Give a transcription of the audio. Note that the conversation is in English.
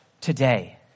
today